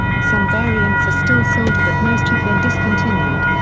some variants are still sold but most have been discontinued.